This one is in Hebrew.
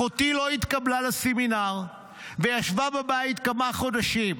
אחותי לא התקבלה לסמינר וישבה בבית כמה חודשים.